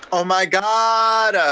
oh, my god.